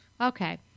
Okay